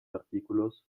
artículos